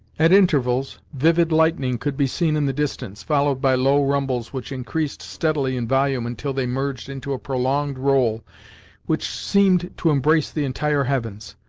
at intervals, vivid lightning could be seen in the distance, followed by low rumbles which increased steadily in volume until they merged into a prolonged roll which seemed to embrace the entire heavens.